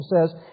says